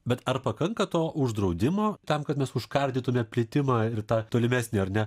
bet ar pakanka to uždraudimo tam kad mes užkardytume plitimą ir tą tolimesnį ar ne